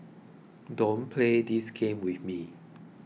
don't play this game with me